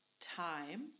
time